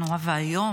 נורא ואיום,